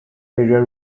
area